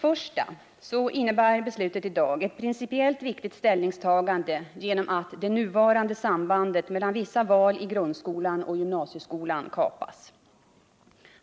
Beslutet i dag innebär ett principiellt viktigt ställningstagande genom att det nuvarande sambandet mellan vissa val i grundskolan och gymnasieskolan kapas.